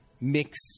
Mix